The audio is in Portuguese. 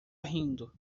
rindo